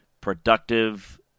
productive